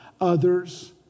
others